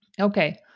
Okay